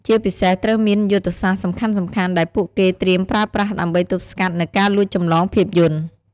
ជាពិសេសត្រូវមានយុទ្ធសាស្ត្រសំខាន់ៗដែលពួកគេត្រៀមប្រើប្រាស់ដើម្បីទប់ស្កាត់នូវការលួចចម្លងភាពយន្ត។